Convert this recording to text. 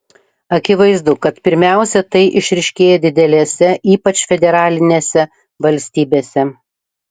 akivaizdu kad pirmiausia tai išryškėja didelėse ypač federalinėse valstybėse